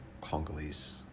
Congolese